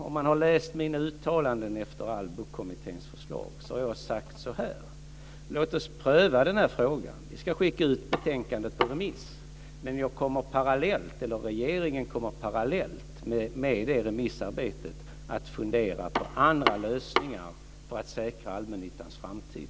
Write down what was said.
Om man har läst mina uttalanden efter Allbokommitténs förslag har man sett att jag har sagt så här: Låt oss pröva den här frågan. Vi ska skicka ut betänkandet på remiss, men parallellt med det remissarbetet kommer regeringen att fundera på andra lösningar för att säkra allmännyttans framtid.